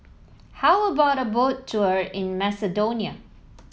how about a Boat Tour in Macedonia